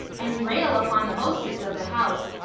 and rail upon the hostess of the house,